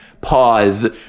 pause